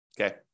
Okay